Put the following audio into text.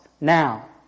Now